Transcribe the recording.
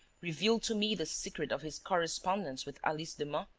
revealed to me the secret of his correspondence with alice demun?